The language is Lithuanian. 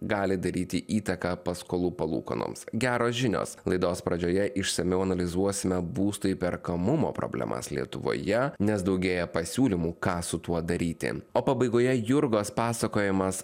gali daryti įtaką paskolų palūkanoms geros žinios laidos pradžioje išsamiau analizuosime būsto įperkamumo problemas lietuvoje nes daugėja pasiūlymų ką su tuo daryti o pabaigoje jurgos pasakojimas